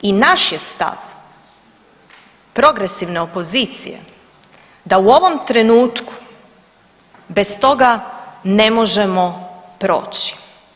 I naš je stav, progresivne opozicije da u ovom trenutku bez toga ne možemo proći.